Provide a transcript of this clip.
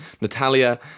natalia